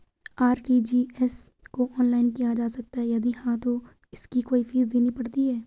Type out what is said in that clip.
RTGS को online किया जा सकता है यदि हाँ तो इसकी कोई फीस देनी पड़ती है?